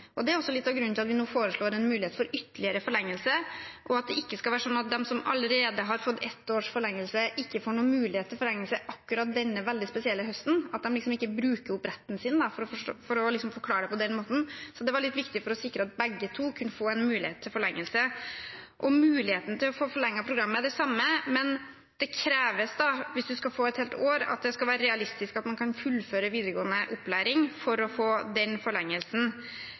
og det er også litt av grunnen til at vi nå foreslår en mulighet for ytterligere forlengelse. Det skal ikke være slik at de som allerede har fått ett års forlengelse, ikke får noen mulighet til forlengelse akkurat denne veldig spesielle høsten, at de ikke bruker opp retten sin, for å forklare det på den måten. Så det var viktig for å sikre at begge gruppene kunne få en mulighet til forlengelse. Muligheten til å få forlenget programmet er det samme, men det kreves da – hvis man skal få et helt år – at det skal være realistisk at man kan fullføre videregående opplæring, for å få den forlengelsen.